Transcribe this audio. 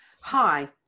Hi